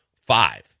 five